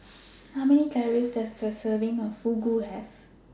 How Many Calories Does A Serving of Fugu Have